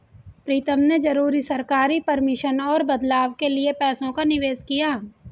प्रीतम ने जरूरी सरकारी परमिशन और बदलाव के लिए पैसों का निवेश किया